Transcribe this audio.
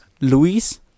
Luis